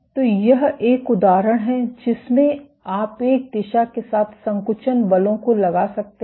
तो यह एक उदाहरण है जिसमें आप एक दिशा के साथ संकुचन बलों को लगा सकते हैं